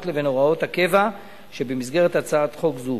לבין הוראת הקבע שבמסגרת הצעת חוק זו.